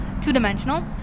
two-dimensional